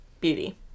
Beauty